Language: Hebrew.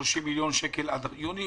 630 מיליון שקל עד לחודש יוני,